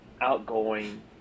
outgoing